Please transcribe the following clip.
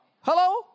Hello